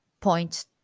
point